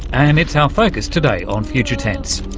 and it's our focus today on future tense.